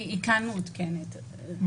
היא מעודכנת כאן.